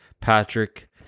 Patrick